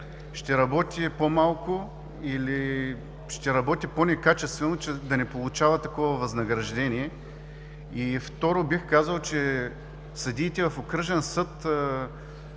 ще работи по-малко или ще работи по-некачествено, че да не получава такова възнаграждение. Второ, бих казал, че съдиите в окръжния съд